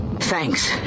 Thanks